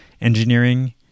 engineering